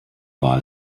war